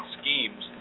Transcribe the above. schemes